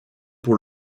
pour